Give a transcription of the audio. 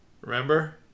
remember